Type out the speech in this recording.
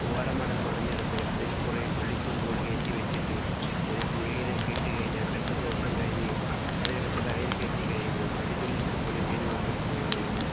ഓല മടൽ മെടഞ്ഞെടുത്ത് അതിൽ കുറേ ചുള്ളികമ്പുകൾ കയറ്റി വെച്ചിട്ട് ചെറിയ പുഴിയിലേക്കിട്ട് കഴിഞ്ഞാൽ രണ്ട് ദിവസം കഴിഞ്ഞ് അത് എടുത്ത് കരയിൽ കയറ്റി കഴിയുമ്പോൾ അതിൽ ഇഷ്ടം പോലെ മീനുകൾ കിട്ടുന്നതായിരിക്കും